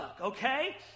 okay